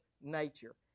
nature